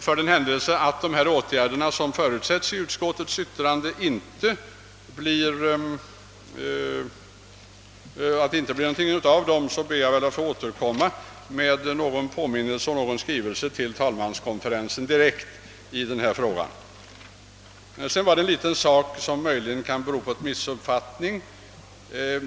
För den händelse det inte blir något av dessa åtgärder ber jag att få återkomma med en påminnelse, t.ex. med en skrivelse direkt till talmanskonferensen, i frågan. Sedan vill jag ta upp en liten sak som möjligen kan bero på en missuppfattning.